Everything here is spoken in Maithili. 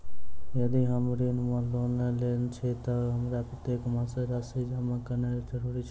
यदि हम ऋण वा लोन लेने छी तऽ हमरा प्रत्येक मास राशि जमा केनैय जरूरी छै?